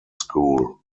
school